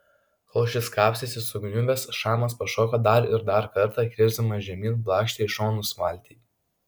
kol šis kapstėsi sukniubęs šamas pašoko dar ir dar kartą ir krisdamas žemyn blaškė į šonus valtį